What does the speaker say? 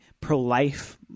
pro-life